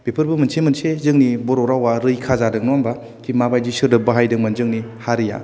बेफोरबो मोनसे मोनसे जोंनि बर' रावा रैखा जादों नङा होनबा माबादि सोदोब बाहायदोंमोन जोंनि हारिया